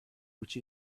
which